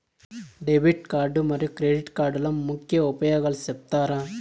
Debit card మరియు credit కార్డుల ముఖ్య ఉపయోగాలు సెప్తారా?